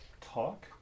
talk